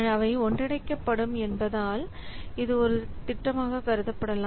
அவை ஒன்றிணைக்கப்படும் என்பதால் இது ஒரு திட்டமாக கருதப்படலாம்